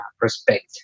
respect